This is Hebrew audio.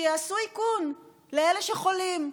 שיעשו איכון לאלה שחולים,